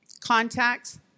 Contacts